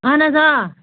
اَہَن حظ آ